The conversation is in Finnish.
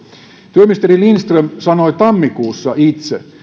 työministeri lindström sanoi tammikuussa itse